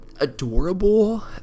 adorable